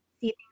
see